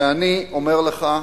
ואני אומר לך,